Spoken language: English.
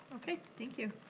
okay, thank you.